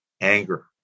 anger